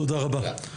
תודה, שי.